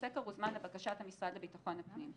הסקר הוזמן לבקשת המשרד לביטחון פנים,